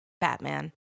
Batman